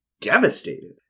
devastated